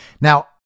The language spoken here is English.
Now